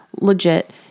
legit